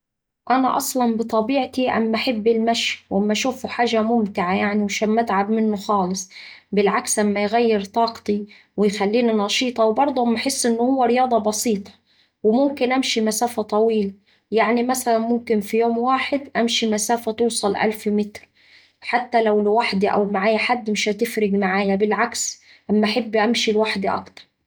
أنا أصلا بطبيعتي أما أحب المشي وأما أشوفه حاجة ممتعة يعني ومش أما أتعب منه خالص، بالعكس أما يغير طاقتي ويخليني نشيطة وبرضه أما أحس إن هوه رياضة بسيطة، وممكن أمشي مسافة طويلة يعني مثلا ممكن في يوم واحد أمشي مسافة توصل ألف متر عادي حتى لوحدي أو معايا حد مش هتفرق معايا بالعكس أما أحب أمشي لوحدي أكتر.